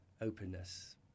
openness